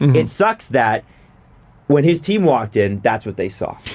it sucks that when his team walked in, that's what they saw.